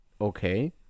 okay